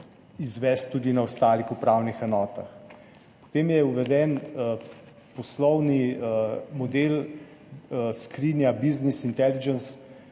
izvesti tudi na ostalih upravnih enotah. Potem je uveden poslovni model Skrinja, business inteligence,